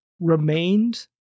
remained